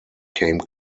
came